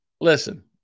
Listen